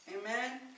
Amen